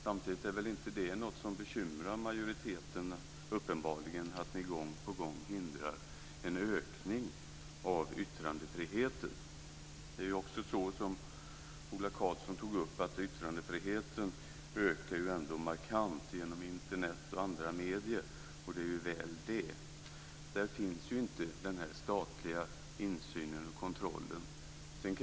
Samtidigt verkar det inte bekymra majoriteten att den gång på gång hindrar en ökning av yttrandefriheten. Det är som Ola Karlsson sade, att yttrandefriheten ändå ökar markant genom Internet och andra medier. Det är väl så. Där finns inte någon statlig insyn eller kontroll.